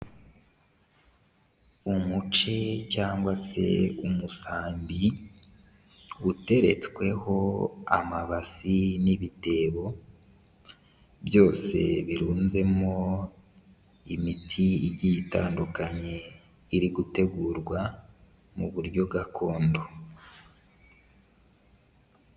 Umuce cyangwa se umusambi, uteretsweho amabasi n'ibitebo, byose birunzemo imiti igiye itandukanye iri gutegurwa mu buryo gakondo.